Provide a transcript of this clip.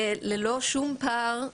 ללא שום פער,